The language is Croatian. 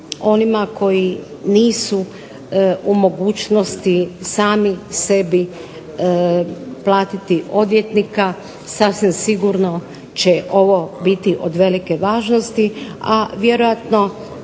onima koji nisu u mogućnosti sami sebi platiti odvjetnika, sasvim sigurno će ovo biti od velike važnosti, a vjerojatno